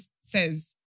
says